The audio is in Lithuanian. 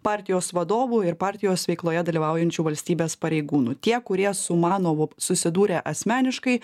partijos vadovų ir partijos veikloje dalyvaujančių valstybės pareigūnų tie kurie su manovu susidūrė asmeniškai